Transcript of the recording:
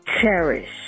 Cherish